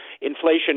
inflation